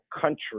country